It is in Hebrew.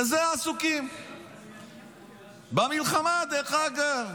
בזה עסוקים, במלחמה, דרך אגב.